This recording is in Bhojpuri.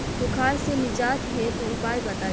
सुखार से निजात हेतु उपाय बताई?